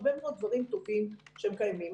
יש הרבה דברים טובים שקיימים,